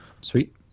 Sweet